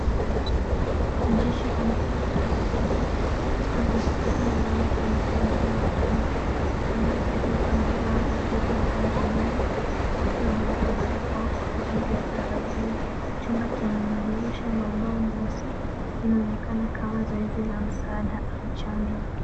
Mwanajeshi amevaa sare ya kijeshi, anamsaidia mwanamke mzee ndani ya chumba. Mwanamke huyu amevaa vazi la rangi nyingi. Wote wamevaa barakoa kwa ajili ya tahadhari. Chumba kina madirisha na ubao mweusi. Linaonekana kama zoezi la msaada au chanjo.